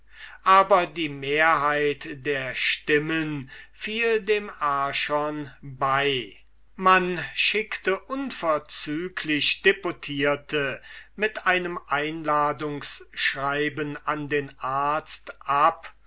aber die mehrheit der stimmen fiel dem archon bei man schickte unverzüglich einen deputierten mit einem einladungsschreiben an den arzt ab